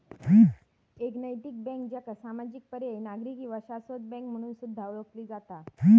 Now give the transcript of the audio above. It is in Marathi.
एक नैतिक बँक, ज्याका सामाजिक, पर्यायी, नागरी किंवा शाश्वत बँक म्हणून सुद्धा ओळखला जाता